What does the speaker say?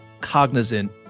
cognizant